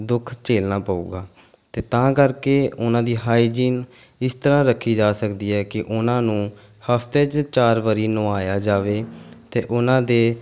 ਦੁੱਖ ਝੇਲਣਾ ਪਊਗਾ ਅਤੇ ਤਾਂ ਕਰ ਕੇ ਉਹਨਾਂ ਦੀ ਹਾਈਜੀਨ ਇਸ ਤਰ੍ਹਾਂ ਰੱਖੀ ਜਾ ਸਕਦੀ ਹੈ ਕਿ ਉਹਨਾਂ ਨੂੰ ਹਫ਼ਤੇ 'ਚ ਚਾਰ ਵਾਰੀ ਨਹਾਇਆ ਜਾਵੇ ਅਤੇ ਉਹਨਾਂ ਦੇ